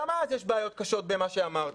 גם אז יש בעיות קשות במה שאמרתי,